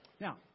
Now